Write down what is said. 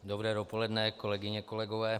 Dobré dopoledne, kolegyně, kolegové.